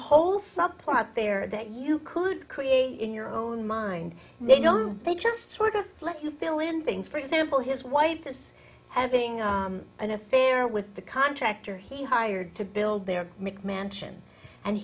whole subplot there that you could create in your own mind they don't they just sort of let you fill in things for example his wife is having an affair with the contractor he hired to build their mcmansion and